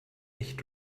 nicht